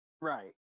Right